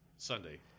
Sunday